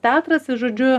teatras ir žodžiu